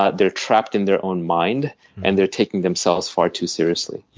ah they're trapped in their own mind and they're taking themselves far too seriously. yeah